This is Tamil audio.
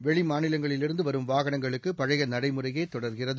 வெளி மாநிலங்களிலிருந்து வரும் வாகனங்களுக்கு பழைய நடைமுறையே தொடர்கிறது